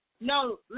No